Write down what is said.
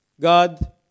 God